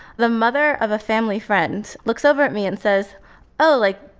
the mother of a family friend looks over at me and says oh, like,